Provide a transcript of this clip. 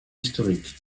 historique